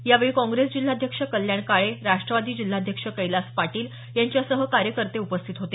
यावेळी काँग्रेस जिल्हाध्यक्ष कल्याण काळे राष्ट्रवादी जिल्हाध्यक्ष कैलास पाटीलयांच्या सह कार्यकर्ते उपस्थित होते